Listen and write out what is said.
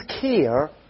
care